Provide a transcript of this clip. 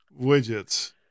Widgets